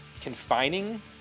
confining